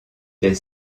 des